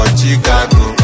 Chicago